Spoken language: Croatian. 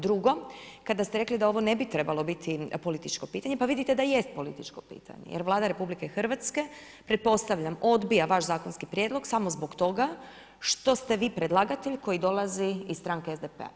Drugo, kada ste rekli da ovo ne bi trebalo biti političko pitanje, pa vidite da jest političko pitanje jer Vlada RH pretpostavljam odbija vaš zakonski prijedlog samo zbog toga što ste vi predlagatelj koji dolazi iz stranke SDP-a.